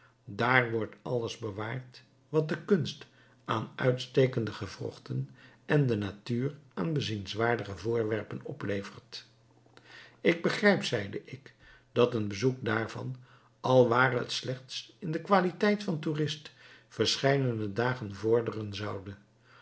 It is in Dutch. daar wordt alles bewaard wat de kunst aan uitstekende gewrochten en de natuur aan bezienswaardige voorwerpen oplevert ik begrijp zeide ik dat een bezoek daarvan al ware het slechts in de qualiteit van toerist verscheidene dagen vorderen zoude